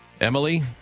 Emily